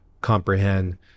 comprehend